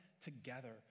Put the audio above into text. together